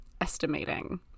estimating